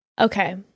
Okay